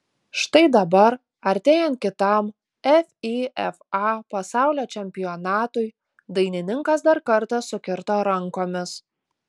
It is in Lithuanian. štai dabar artėjant kitam fifa pasaulio čempionatui dainininkas dar kartą sukirto rankomis